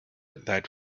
that